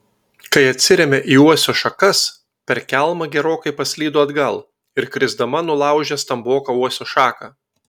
kai atsirėmė į uosio šakas per kelmą gerokai paslydo atgal ir krisdama nulaužė stamboką uosio šaką